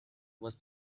was